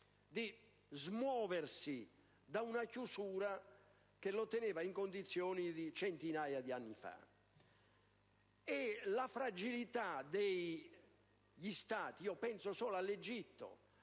di smuoversi da una chiusura che lo teneva in condizioni di centinaia di anni fa. La fragilità di Stati come l'Egitto,